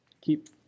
Keep